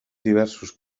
diversos